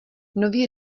nový